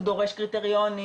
הוא דורש קריטריונים,